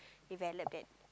develop that